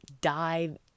dive